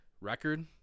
record